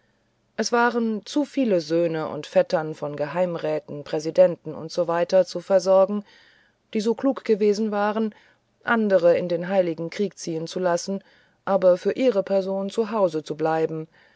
es waren zu viele söhne und vettern von geheimräten präsidenten usw zu versorgen die so klug gewesen waren andere in den heiligen krieg ziehen zu lassen aber für ihre person zu hause zu bleiben